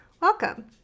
welcome